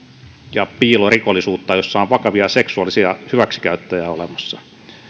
ja piilorikollisuutta jossa on vakavia seksuaalisia hyväksikäyttäjiä olemassa